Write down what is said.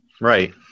Right